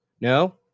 No